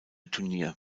turnier